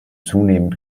zunehmend